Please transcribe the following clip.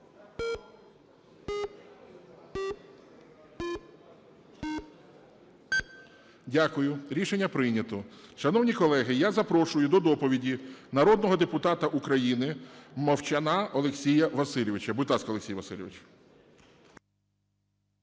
Дякую. Рішення прийнято. Шановні колеги, я запрошую до доповіді народного депутата України Мовчана Олексія Васильовича. Будь ласка, Олексій Васильович.